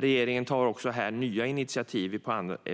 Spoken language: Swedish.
Regeringen tar också nya initiativ